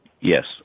yes